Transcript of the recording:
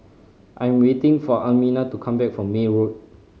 I am waiting for Almina to come back from May Road